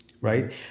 right